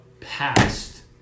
past